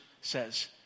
says